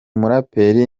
muraperi